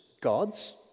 God's